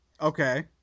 Okay